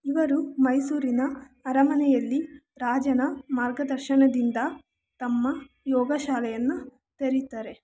ಇವರು ಮೈಸೂರಿನ ಅರಮನೆಯಲ್ಲಿ ರಾಜರ ಮಾರ್ಗದರ್ಶನದಿಂದ ತಮ್ಮ ಯೋಗ ಶಾಲೆಯನ್ನು ತೆರೀತಾರೆ